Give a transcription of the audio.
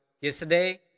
yesterday